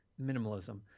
minimalism